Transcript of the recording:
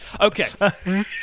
Okay